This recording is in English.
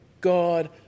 God